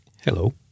Hello